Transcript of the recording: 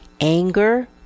Anger